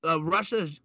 Russia